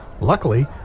Luckily